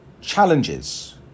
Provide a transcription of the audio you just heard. challenges